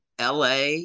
LA